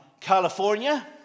California